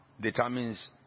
determines